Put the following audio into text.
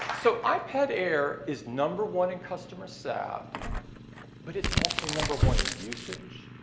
so, ipad air is number one in customer sat but it's also number one in usage.